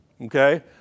Okay